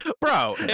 bro